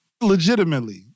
Legitimately